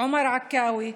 עומר עכאווי,